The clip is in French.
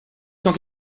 cent